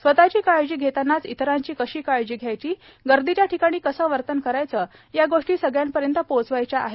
स्वतःची काळजी घेतानाच इतरांची कशी काळजी घ्यायची गर्दीच्या ठिकाणी कसे वर्तन करायचे या गोष्टी सगळ्यांपर्यंत पोहचवायच्या आहेत